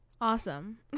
Awesome